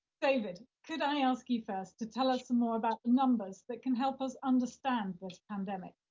david, could i ask you first to tell us and more about the numbers that can help us understand this pandemic?